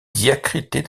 diacritée